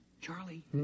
Charlie